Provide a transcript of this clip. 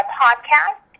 podcast